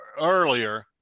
earlier